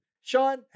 Sean